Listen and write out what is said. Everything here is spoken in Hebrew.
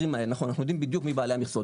אנחנו יודעים בדיוק מי בעלי המכסות,